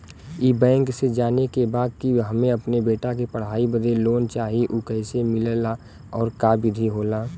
ई बैंक से जाने के बा की हमे अपने बेटा के पढ़ाई बदे लोन चाही ऊ कैसे मिलेला और का विधि होला?